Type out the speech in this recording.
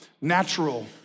natural